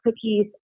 cookies